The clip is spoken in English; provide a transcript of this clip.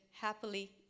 happily